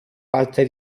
parte